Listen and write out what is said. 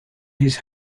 his